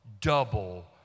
double